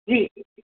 जी